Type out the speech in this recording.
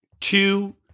Two